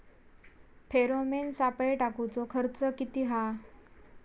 Pheromone सापळे टाकूचो खर्च किती हा?